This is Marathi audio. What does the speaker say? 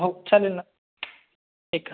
हो चालेल ना एका